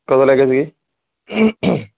ਕਦੋ ਲੈ ਗਏ ਸੀ